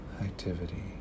activity